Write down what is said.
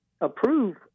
approve